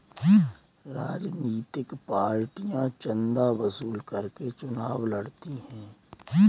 राजनीतिक पार्टियां चंदा वसूल करके चुनाव लड़ती हैं